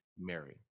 Mary